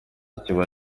kiba